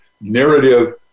narrative